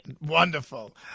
Wonderful